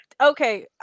Okay